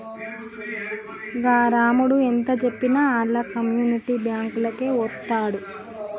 గా రామడు ఎంతజెప్పినా ఆళ్ల కమ్యునిటీ బాంకులకే వోతడు